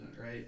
right